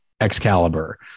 excalibur